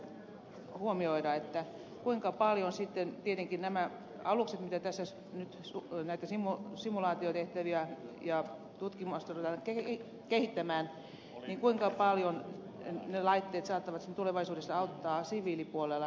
olisi tietenkin mielenkiintoista kuulla lisätietoa siitä kuinka paljon sitten nämä alukset etäisyys asu enää timo simula yritteliään laitteet joilla tässä näitä simulaatiotehtäviä tehdään ja tutkimusta kehitetään saattavat tulevaisuudessa auttaa siviilipuolella